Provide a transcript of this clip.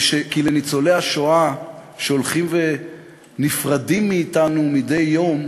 כי לניצולי השואה שהולכים ונפרדים מאתנו מדי יום